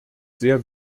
sehr